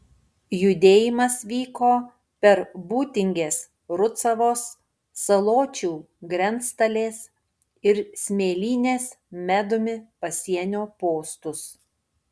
judėjimas vyko per būtingės rucavos saločių grenctalės ir smėlynės medumi pasienio postus